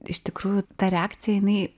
iš tikrųjų ta reakcija jinai